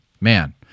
Man